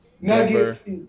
Nuggets